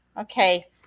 Okay